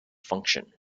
function